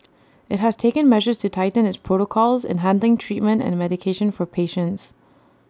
IT has taken measures to tighten its protocols in handling treatment and medication for patients